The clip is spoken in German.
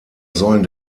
sollen